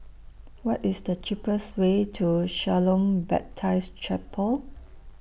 What IS The cheapest Way to Shalom Baptist Chapel